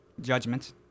judgment